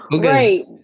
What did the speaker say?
right